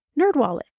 Nerdwallet